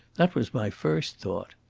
that was my first thought.